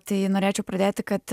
tai norėčiau pradėti kad